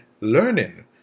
learning